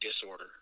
disorder